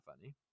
funny